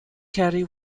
carry